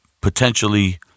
potentially